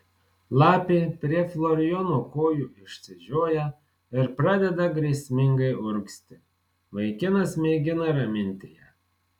lapė prie florijono kojų išsižioja ir pradeda grėsmingai urgzti vaikinas mėgina raminti ją